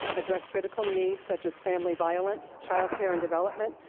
address critical needs, such as family violence, childcare and development,